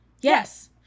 Yes